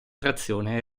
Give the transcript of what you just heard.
trazione